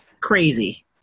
crazy